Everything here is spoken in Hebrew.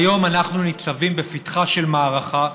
היום אנחנו נמצאים בפתחה של מערכה,